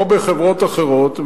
או בחברות אחרות,